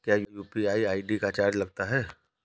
क्या UPI ID का charge लगता है?